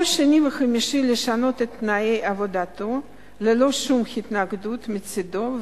כל שני וחמישי לשנות את תנאי עבודתו ללא שום התנגדות מצדו,